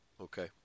Okay